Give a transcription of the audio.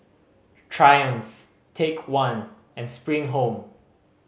Triumph Take One and Spring Home